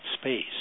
space